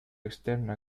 externa